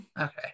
okay